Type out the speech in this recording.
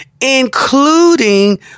including